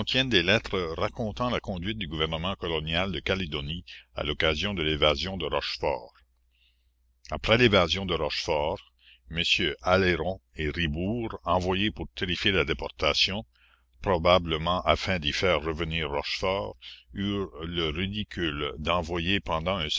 des lettres racontant la conduite du gouvernement colonial de calédonie à l'occasion de l'évasion de rochefort après l'évasion de rochefort mm aleyron et ribourt envoyés pour terrifier la déportation probablement afin d'y faire revenir rochefort eurent le ridicule d'envoyer pendant un